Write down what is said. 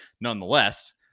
Nonetheless